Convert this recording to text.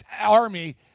Army